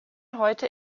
heute